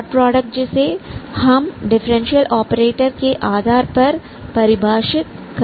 dot product जिसे हम differential operator के आधार पर परिभाषित करते हैं